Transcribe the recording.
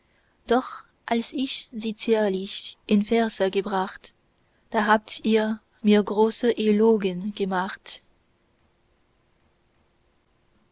doch als ich sie zierlich in verse gebracht da habt ihr mir große elogen gemacht